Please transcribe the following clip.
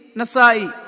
Nasai